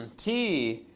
and t.